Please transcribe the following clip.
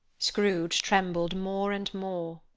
scrooge trembled more and more.